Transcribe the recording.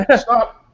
stop